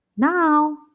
Now